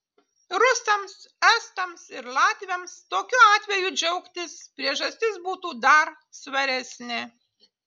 rusams estams ir latviams tokiu atveju džiaugtis priežastis būtų dar svaresnė